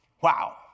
Wow